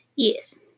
Yes